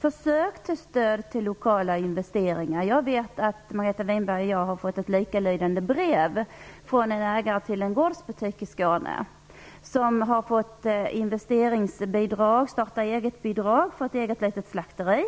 försök till stöd till lokala investeringar. Jag vet att Margareta Winberg och jag har fått ett likalydande brev från en ägare till en gårdsbutik i Skåne som har fått investeringsbidrag, starta-egetbidrag, för ett eget litet slakteri.